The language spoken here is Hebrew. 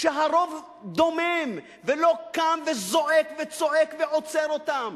כשהרוב דומם ולא קם וזועק וצועק ועוצר אותם.